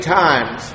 times